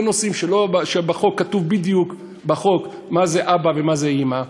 זה נושאים שבחוק כתוב בדיוק מה זה אבא ומה זה אימא,